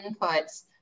inputs